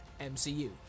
MCU